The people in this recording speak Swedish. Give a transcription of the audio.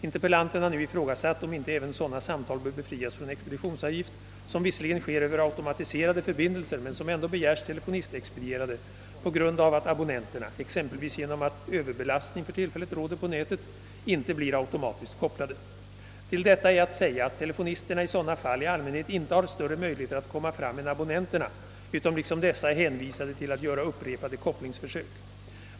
Interpellanten har nu ifrågasatt, om inte även sådana samtal bör befrias från expeditionsavgift, som visserligen sker över automatiserade förbindelser men som ändå begärs telefonistexpedierade på grund av att abonnenterna — exempelvis genom att överbelastning för tillfället råder på nätet — inte blir automatiskt kopplade. Till detta är att säga att telefonisterna i sådana fall i allmänhet inte har större möjlighet att komma fram än abonnenterna utan liksom dessa är hänvisade till att göra upprepade kopplingsförsök.